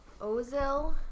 Ozil